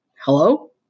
Hello